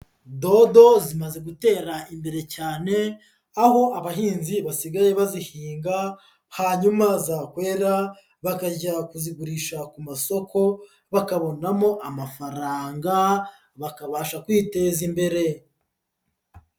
Dodo zimaze gutera imbere cyane aho abahinzi basigaye bazihinga hanyuma zakwera bakajya kuzigurisha ku masoko bakabonamo amafaranga bakabasha kwiteza imbere.